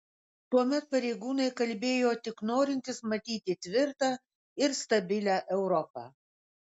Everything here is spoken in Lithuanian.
tuomet pareigūnai kalbėjo tik norintys matyti tvirtą ir stabilią europą